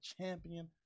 champion